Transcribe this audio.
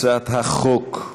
התשע"ו 2016,